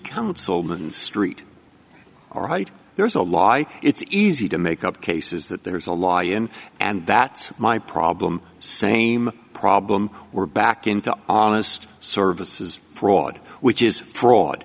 councilman street all right there is a lie it's easy to make up cases that there's a law in and that's my problem same problem we're back into honest services fraud which is fraud